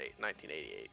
1988